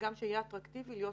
וגם שיהיה אטרקטיבי להיות